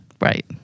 Right